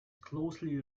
closely